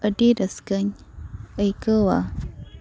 ᱟᱹᱰᱤ ᱨᱟᱹᱥᱠᱟᱹᱧ ᱟᱹᱭᱠᱟᱹᱣᱟ